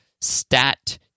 stat